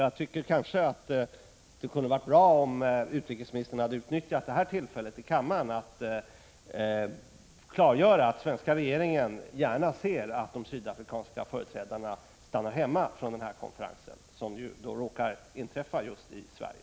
Det hade kanske varit bra om utrikesministern hade utnyttjat tillfället att i kammaren klargöra att den svenska regeringen gärna ser att de sydafrikanska företrädarna stannar hemma och inte deltar i konferensen, som råkar hållas just i Sverige.